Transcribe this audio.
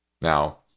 now